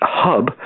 hub